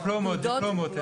דיפלומות.